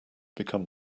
become